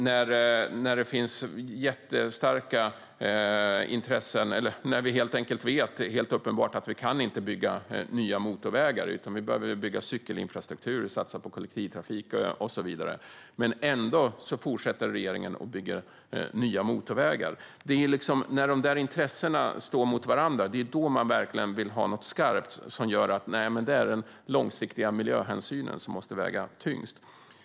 När det är helt uppenbart att vi inte kan bygga nya motorvägar utan behöver bygga cykelinfrastruktur och satsa på kollektivtrafik och så vidare fortsätter regeringen ändå att bygga nya motorvägar. Det är när intressena står mot varandra som man verkligen vill ha något skarpt som innebär att det är den långsiktiga miljöhänsynen som väger tyngst.